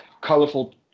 colorful